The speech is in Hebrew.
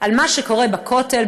על מה שקורה בכותל,